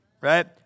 Right